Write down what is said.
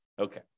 Okay